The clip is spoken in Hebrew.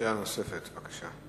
שאלה נוספת, בבקשה.